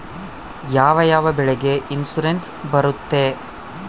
ಯಾವ ಯಾವ ಬೆಳೆಗೆ ಇನ್ಸುರೆನ್ಸ್ ಬರುತ್ತೆ?